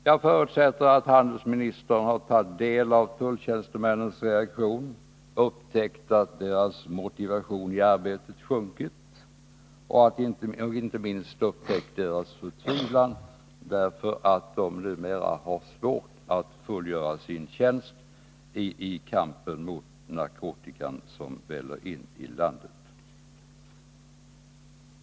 Jag förutsätter att handelsministern har tagit del av tulltjänstemännens reaktion, upptäckt att deras motivation i arbetet sjunkit den senaste månaden — och inte minst upptäckt deras förtvivlan därför att de numera har svårt att fullgöra sin tjänst i kampen mot narkotikan som väller in i landet.